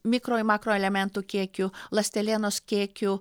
mikro ir makroelementų kiekiu ląstelienos kiekiu